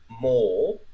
more